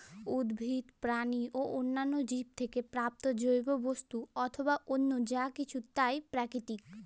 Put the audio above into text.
উদ্ভিদ, প্রাণী ও অন্যান্য জীব থেকে প্রাপ্ত জৈব বস্তু অথবা অন্য যা কিছু তাই প্রাকৃতিক